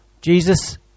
Jesus